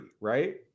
right